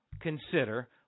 consider